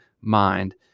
mind